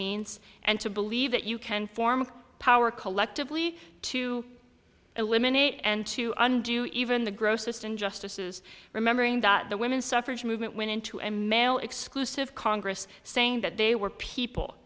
means and to believe that you can form power collectively to eliminate and to undo even the grossest injustices remembering that the women's suffrage movement went into a male exclusive congress saying that they were people